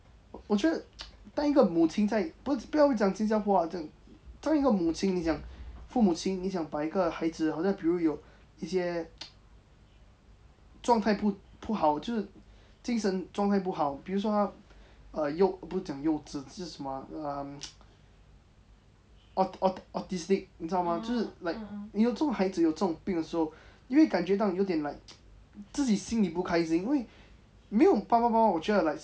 我觉得 当一个母亲在不不要讲在新加坡啦讲当一个母亲你讲父母亲你想把一个孩子好像比如有一些 状态不不好就是精神状态不好比如说他幼不是讲幼稚是什么啊 um au~autistic 你知道吗就是 like 你有这种孩子有这种病的时候因为感觉到有点 like 自己心里不开心因为没有爸爸妈妈我觉得 like